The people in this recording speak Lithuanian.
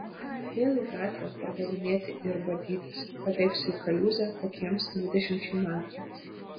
vėl į gatvę pardavinėti ir badytis pateksiu į kaliūzę kokiems dvidešimčiai metų